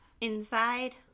inside